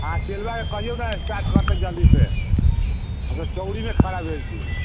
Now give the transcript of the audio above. अहाँ चेलाकेँ कहियौ ने स्टार्ट करतै जल्दीसँ हमसभ चौरीमे खड़ा भेल छी